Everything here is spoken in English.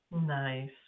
Nice